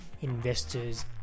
investors